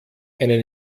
einen